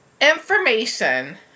information